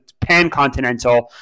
pan-continental